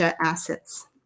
assets